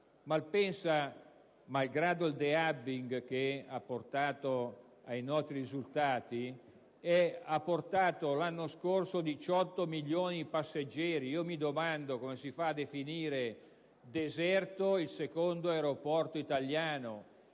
Malpensa, malgrado il *de-hubbing* che ha provocato i noti risultati, ha portato l'anno scorso 18 milioni di passeggeri. Mi domando come si fa a definire deserto il secondo aeroporto italiano